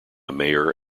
mayor